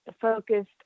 focused